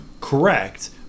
Correct